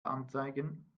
anzeigen